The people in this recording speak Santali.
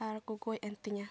ᱟᱨᱠᱚ ᱜᱚᱡ ᱮᱱ ᱛᱤᱧᱟᱹ